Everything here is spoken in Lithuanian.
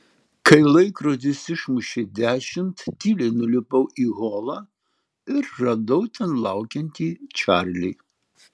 kai laikrodis išmušė dešimt tyliai nulipau į holą ir radau ten laukiantį čarlį